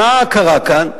מה קרה כאן,